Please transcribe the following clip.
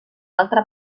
altre